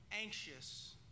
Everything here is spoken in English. anxious